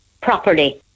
properly